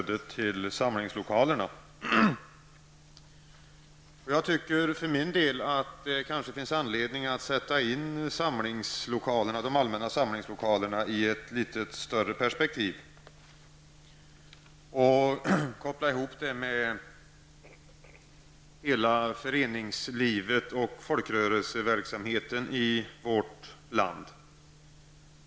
Det finns anledning att sätta in frågan om de allmänna samlingslokalerna i ett större perspektiv, och koppla ihop den med hela föreningslivet och folkrörelseverksamheten i vårt land.